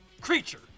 creature